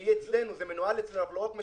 שהיא אצלנו זה מנוהל אצלנו, אנחנו לא רק משלמים,